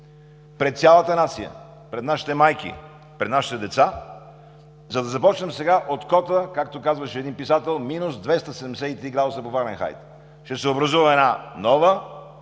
пред цялата нация, пред нашите майки, пред нашите деца, за да започнем сега от кота – както казваше един писател: минус 273 градуса по Фаренхайт? Ще се образува една нова